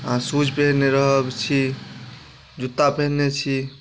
अहाँ शूज पहनने रहब छी जुत्ता पहनने छी